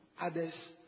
others